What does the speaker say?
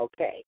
Okay